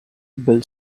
bell